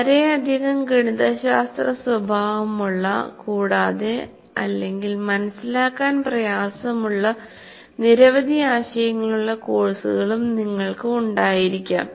വളരെയധികം ഗണിതശാസ്ത്ര സ്വഭാവമുള്ള കൂടാതെ അല്ലെങ്കിൽ മനസിലാക്കാൻ പ്രയാസമുള്ള നിരവധി ആശയങ്ങളുള്ള കോഴ്സുകളും നിങ്ങൾക്ക് ഉണ്ടായിരിക്കാം